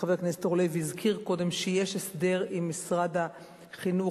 חבר הכנסת אורלב הזכיר קודם שיש הסדר עם משרד החינוך.